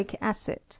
acid